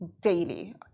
daily